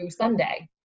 Sunday